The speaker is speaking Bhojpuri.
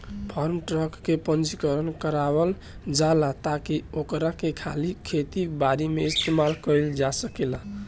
फार्म ट्रक के पंजीकरण करावल जाला ताकि ओकरा के खाली खेती बारी में इस्तेमाल कईल जा सकेला